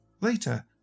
Later